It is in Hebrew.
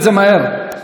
מוציא בחוץ,